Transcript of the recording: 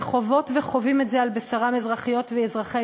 וחוות וחווים את זה על בשרם אזרחיות ואזרחי